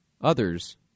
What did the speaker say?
Others